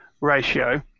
ratio